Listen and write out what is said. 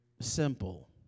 Simple